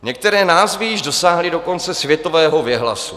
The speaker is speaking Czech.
Některé názvy již dosáhly dokonce světového věhlasu.